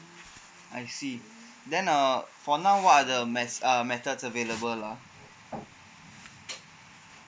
I see then uh for now what are the ma~ uh methods available ah